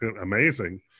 amazing